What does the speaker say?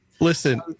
Listen